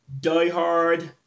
diehard